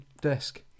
desk